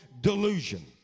delusion